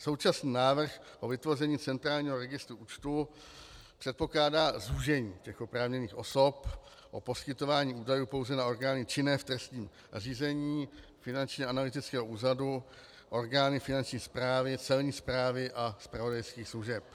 Současný návrh o vytvoření centrálního registru účtů předpokládá zúžení těch oprávněných osob o poskytování údajů pouze na orgány činné v trestním řízení, Finančního analytického úřadu, orgány Finanční správy, Celní správy a zpravodajských služeb.